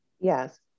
Yes